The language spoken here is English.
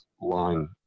line